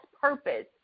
purpose